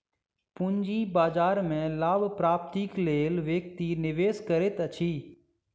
पूंजी बाजार में लाभ प्राप्तिक लेल व्यक्ति निवेश करैत अछि